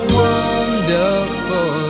wonderful